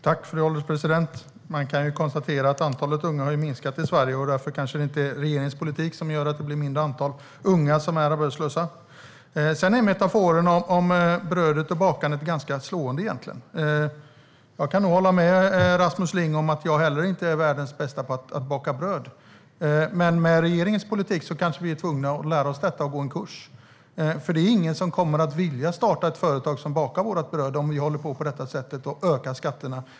Fru ålderspresident! Man kan konstatera att antalet unga har minskat i Sverige. Därför är det kanske inte regeringens politik som gör att det blir ett mindre antal unga som är arbetslösa. Metaforen om brödet och bakandet är egentligen ganska slående. Jag är i likhet med Rasmus Ling inte världens bästa på att baka bröd, men med regeringens politik kanske vi är tvungna att gå en kurs och lära oss det. Det är ingen som kommer att vilja starta ett företag som bakar vårt bröd om vi håller på och ökar skatterna på detta sätt.